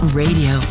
radio